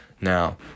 Now